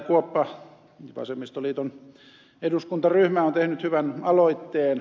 kuoppa vasemmistoliiton eduskuntaryhmä on tehnyt hyvän aloitteen